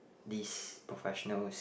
these professionals